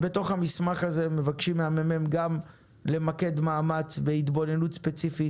בתוך המסמך הזה מבקשים מהמ"מ גם למקד מאמץ והתבוננות ספציפית,